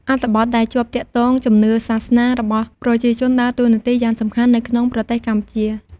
អត្ថបទដែលជាប់ទាក់ទងជំនឿសាសនារបស់ប្រជាជនដើរតួនាទីយ៉ាងសំខាន់នៅក្នុងប្រទេសកម្ពុជា។